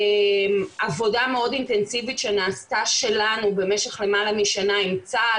עבודה מאוד אינטנסיבית שלנו שנעשתה במשך למעלה משנה עם צה"ל